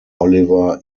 oliver